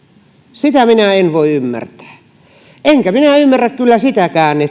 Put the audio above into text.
sitä minä en voi ymmärtää enkä minä ymmärrä kyllä sitäkään